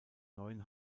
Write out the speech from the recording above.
neuen